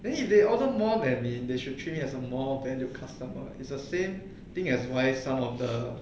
then if they order more than me they should treat me as a more value customer is the same thing as why some of the